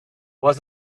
was